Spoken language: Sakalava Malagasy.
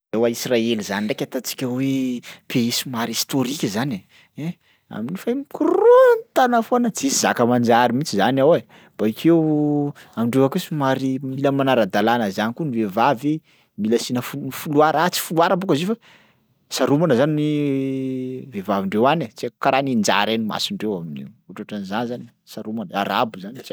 Eoa Israely zany ndraiky ataontsika hoe pays somary historique zany e, ein amn'io feno korontana foana tsisy zaka manjary mihitsy zany ao e. Bakeo amindreo any koa somary mila manara-dalàna zany koa ny vehivavy, mila asina fol- foloara ah tsy foloara bôka zio fa saromana zany ny vehivavindreo any e tsy haiko karaha ninja reny masondreo amin'io, ohatrohatran'zany zany e saromana, arabo zany e tsy haiko.